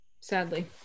Sadly